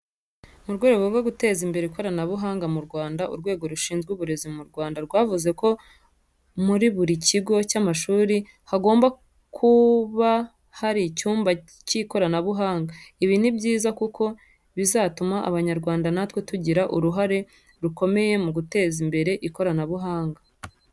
Mu rwego rwo guteza imbere ikoranabuhanga mu Rwanda, Urwego rushizwe Uburezi mu Rwanda rwavuzeko muri buri kigo cy'amashuri hagomba buka hari icyumba k'ikoranabuhanga. Ibi ni byiza kuko bizatuma Abanyarwanda na twe tugira uruhare rukomeye mu guteza imbere ikoranabuhanga.